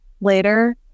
later